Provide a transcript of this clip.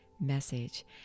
message